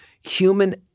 human